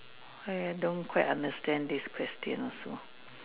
!aiya! don't quite understand this question also